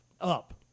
up